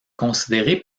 considéré